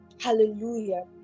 hallelujah